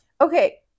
Okay